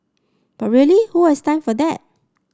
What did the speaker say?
but really who has time for that